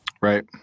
Right